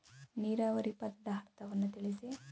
ನೀರಾವರಿ ಪದದ ಅರ್ಥವನ್ನು ತಿಳಿಸಿ?